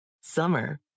Summer